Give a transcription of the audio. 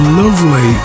lovely